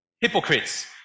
Hypocrites